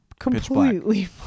completely